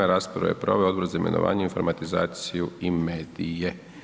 Raspravu je proveo Odbor za imenovanje, informatizaciju i medije.